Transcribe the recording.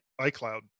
iCloud